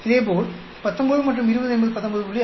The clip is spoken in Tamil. இதேபோல் இங்கே 19 மற்றும் 20 என்பது 19